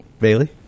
Bailey